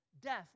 death